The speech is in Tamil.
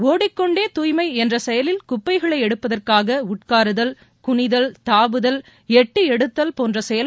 ஒடிக்கொண்டே தூய்மை என்ற செயலில் குப்பைகளை எடுப்பதற்காக உட்காருதல் குளிதல் தாவுதல் எட்டியெடுத்தல்